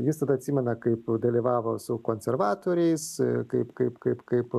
jis tada atsimena kaip dalyvavo su konservatoriais kaip kaip kaip kaip